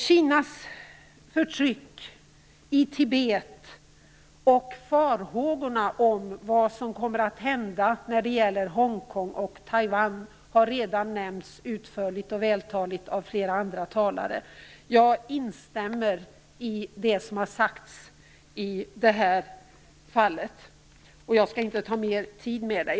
Kinas förtryck i Tibet och farhågorna för vad som kommer att hända när det gäller Hongkong och Taiwan har redan nämnts utförligt och vältaligt av flera andra talare. Jag instämmer i det som har sagts i det sammanhanget och vill inte ta upp mer tid med det.